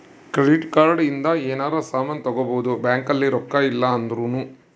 credit card ಇಂದ ಯೆನರ ಸಾಮನ್ ತಗೊಬೊದು ಬ್ಯಾಂಕ್ ಅಲ್ಲಿ ರೊಕ್ಕ ಇಲ್ಲ ಅಂದೃನು